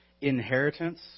inheritance